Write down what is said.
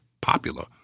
popular